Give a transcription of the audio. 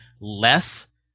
less